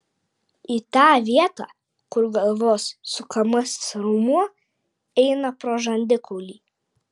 į tą vietą kur galvos sukamasis raumuo eina pro žandikaulį